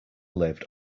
lived